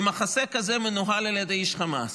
אם מחסה כזה מנוהל על ידי איש חמאס,